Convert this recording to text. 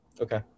Okay